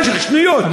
במשך שניות,